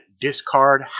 discard